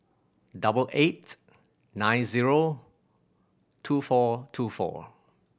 double eight nine zero two four two four